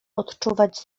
odczuwać